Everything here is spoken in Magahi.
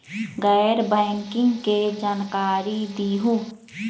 गैर बैंकिंग के जानकारी दिहूँ?